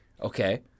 Okay